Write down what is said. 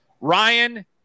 Ryan